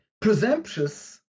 presumptuous